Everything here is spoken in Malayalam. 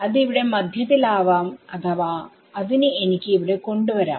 അത് ഇവിടെ മധ്യത്തിൽ ആവാം അഥവാ അതിനെ എനിക്ക് ഇവിടെ കൊണ്ട് വരാം